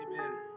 amen